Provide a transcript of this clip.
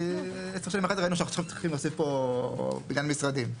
כי ראינו שאנחנו צריכים להוסיף פה בניין משרדים.